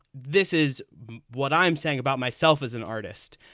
this is what i'm saying about myself as an artist.